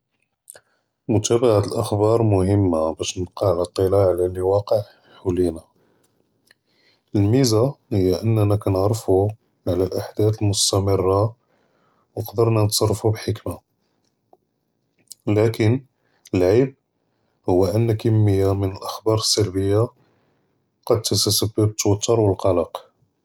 מֻתָּאבַעַת לְאַחְבַּאר מֻהִימָּה בַּאש נְבְקֵּי עַלَى אִטְלַاع עַלَى לְוַاقֵע חֻ'לֵינַא, לְמֵיזַה הִיא אַנַאנָא כּנְעַרְפוּ לְאַחְדָאת מֻסְתַמְرָה, וּקְדַרְנָא נְתְصַרְפוּ בְּחֶכְמָה, אה לָקִין לְעַיִב הוּא אַנַּכּ כַּמְיַּה מִן אַחְבַּאר אֶסְסְלְבִיַּה קַד תִּתְסַבַּב תַּתַוּר וְלְקַלַק.